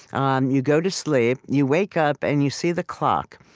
um you go to sleep, you wake up, and you see the clock.